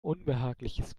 unbehagliches